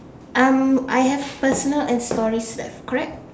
um I have personal and stories left correct